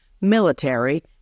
military